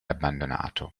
abbandonato